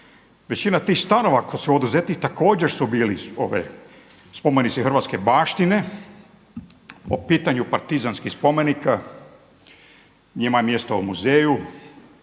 Visina tih stanova koji su oduzeti također su bili spomenici hrvatske baštine po pitanju partizanskih spomenika. Njima je mjesto u muzeju,